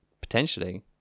potentially